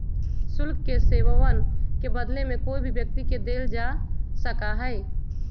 शुल्क के सेववन के बदले में कोई भी व्यक्ति के देल जा सका हई